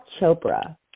chopra